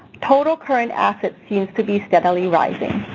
total current assets seem to be steadily rising.